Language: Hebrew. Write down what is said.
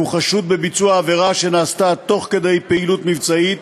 הוא חשוד בביצוע עבירה שנעשתה תוך כדי פעילות מבצעית